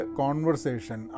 conversation